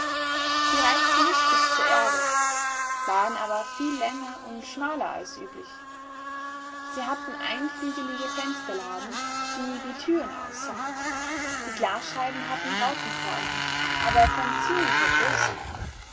sie reichten nicht bis zur erde waren aber viel länger und schmaler als üblich sie hatten einflügelige fensterladen die wie türen aussahen die glasscheiben hatten rautenform aber von ziemlicher größe